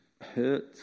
hurt